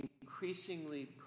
increasingly